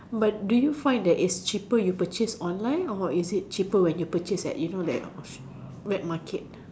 but do you find that it's cheaper you purchase online or is it cheaper when you purchase at you know that wet market